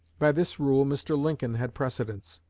by this rule mr. lincoln had precedence.